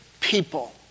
people